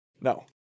No